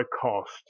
cost